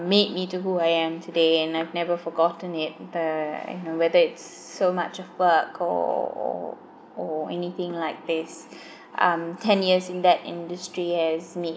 made me to who I am today and I've never forgotten it the you know whether it's so much of work or or or anything like this um ten years in that industry has made